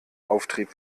auftrieb